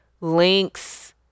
links